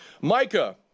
Micah